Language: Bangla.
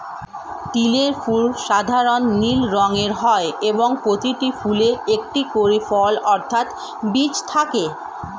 তিলের ফুল সাধারণ নীল রঙের হয় এবং প্রতিটি ফুলে একটি করে ফল অর্থাৎ বীজ থাকে